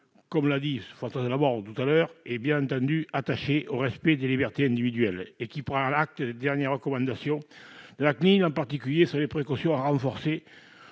souligné Françoise Laborde, est bien entendu attaché au respect des libertés individuelles et qu'il prend acte des dernières recommandations de la CNIL, en particulier sur les précautions à renforcer